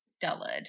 dullard